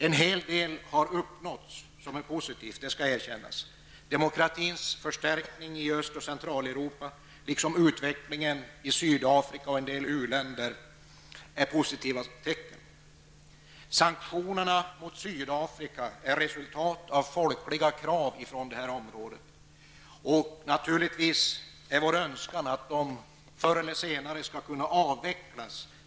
En hel del positivt har uppnåtts -- det skall erkännas. Demokratins förstärkning i Öst och Centraleuropa liksom utvecklingen i Sydafrika och i en del u-länder är exempel på positiva tecken. Sanktionerna mot Sydafrika är ett resultat av krav från folkliga rörelser i det här området. Naturligtvis är det vår önskan att dessa sanktioner förr eller senare skall kunna avvecklas.